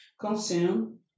consume